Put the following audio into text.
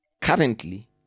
Currently